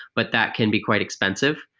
but that can be quite expensive.